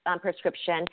prescription